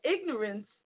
ignorance